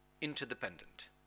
interdependent